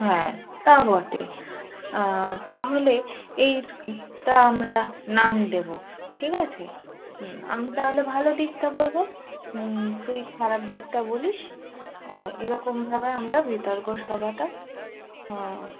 হ্যাঁ তা বটে তাহলে এইটা আমরা নাম দেবো ঠিক আছে আমি তাহলে ভালো দিকটা বলবো তুই খারাপ দিকটা বলিস এরকমভাবে আমরা বিতর্ক সভাটা হ্যাঁ